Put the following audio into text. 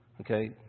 Okay